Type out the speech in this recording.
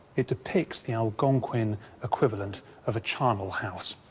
it depicts the algonquian equivalent of a charnel house,